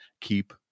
keep